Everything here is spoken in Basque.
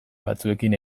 batzuekin